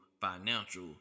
financial